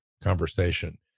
conversation